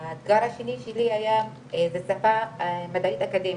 האתגר השני שלי היה זה השפה המדעית האקדמית,